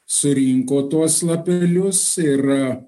surinko tuos lapelius ir